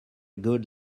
good